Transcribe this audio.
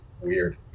weird